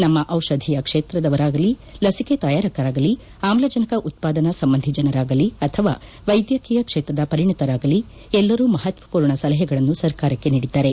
ನಮ್ಮ ದಿಷಧೀಯ ಕ್ಷೇತ್ರದವರಾಗಲಿ ಲಸಿಕೆ ತಯಾರಕರಾಗಲಿ ಆಮ್ಲಜನಕ ಉತ್ಪಾದನಾ ಸಂಬಂಧಿ ಜನರಾಗಲಿ ಅಥವಾ ವೈದ್ಯಕೀಯ ಕ್ಷೇತ್ರದ ಪರಿಣಿತರಾಗಲಿ ಎಲ್ಲರೂ ಮಹತ್ವಪೂರ್ಣ ಸಲಹೆಗಳನ್ನು ಸರ್ಕಾರಕ್ಷೆ ನೀಡಿದ್ದಾರೆ